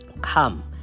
Come